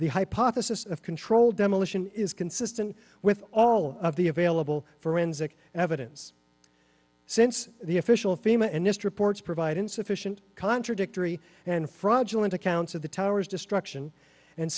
the hypothesis of controlled demolition is consistent with all of the available forensic evidence since the official fema and nist reports provide insufficient contradictory and fraudulent accounts of the towers destruction and